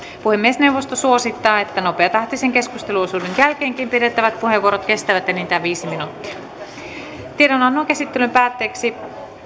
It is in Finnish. puhemiesneuvosto suosittaa että nopeatahtisen keskusteluosuuden jälkeenkin pidettävät puheenvuorot kestävät enintään viisi minuuttia tiedonannon käsittelyn päätteeksi